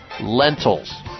lentils